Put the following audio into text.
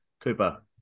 Cooper